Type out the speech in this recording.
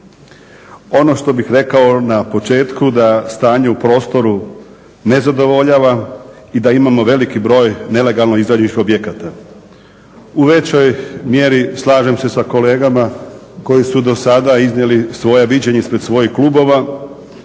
Ono što bih rekao na početku da stanje u prostoru nezadovoljava i da imamo veliki broj nelegalno izgrađenih objekata. U većoj mjeri slažem se sa kolegama koji su do sada iznijeli svoja viđenja ispred svojih klubova,